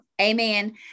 amen